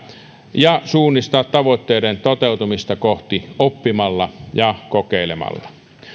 ja suunnistaa tavoitteiden toteutumista kohti oppimalla ja kokeilemalla